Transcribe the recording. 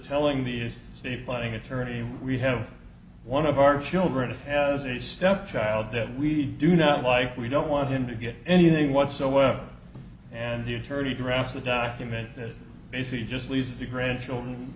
telling the safe planning attorney we have one of our children has a step child that we do not like we don't want him to get anything whatsoever and the attorney grabs a document that basically just leaves the grandchildren